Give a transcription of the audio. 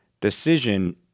decision